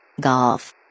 Golf